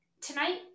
tonight